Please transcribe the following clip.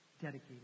dedicated